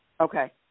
Okay